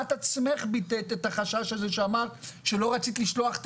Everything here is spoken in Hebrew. את עצמך ביטאת את החשש הזה כשאמרת שלא רצית לשלוח את